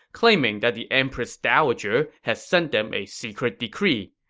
claiming that the empress dowager had sent them a secret decree.